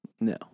No